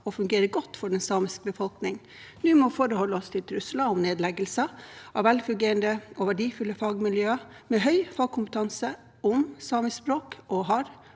og fungerer godt for den samiske befolkning, nå må forholde oss til trusler om nedleggelser av velfungerende og verdifulle fagmiljøer med høy fagkompetanse om samisk språk og stor